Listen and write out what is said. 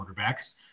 quarterbacks